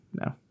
no